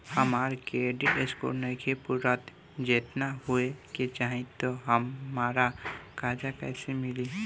हमार credit score नईखे पूरत जेतना होए के चाही त हमरा कर्जा कैसे मिली?